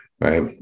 Right